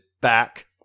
back